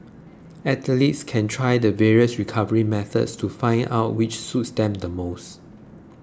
athletes can try the various recovery methods to find out which suits them the most